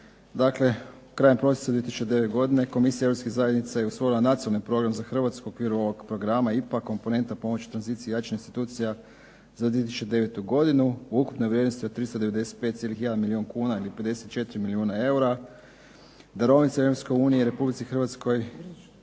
Dakle, krajem prosinca 2009. godine Komisija Europskih zajednica je usvojila Nacionalni program za Hrvatsku u okviru ovog programa IPA – komponenta pomoći i tranziciji i jačanje institucija za 2009. godinu u ukupnoj vrijednosti od 395,1 milijun kuna ili 54 milijuna eura. Darovnica Europske unije Republici Hrvatskoj